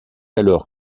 alors